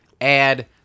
add